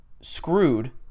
screwed